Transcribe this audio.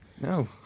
No